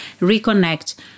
reconnect